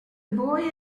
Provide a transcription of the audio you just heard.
boy